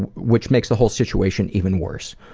and which makes the whole situation even worse.